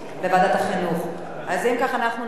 אז אם כך, אנחנו נצביע על הצעה לסדר-היום.